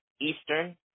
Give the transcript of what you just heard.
Eastern